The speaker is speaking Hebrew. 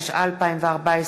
התשע"ה 2014,